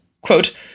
Quote